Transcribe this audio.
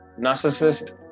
narcissist